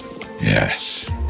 Yes